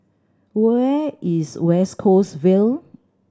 where is West Coast Vale